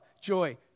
joy